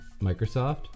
Microsoft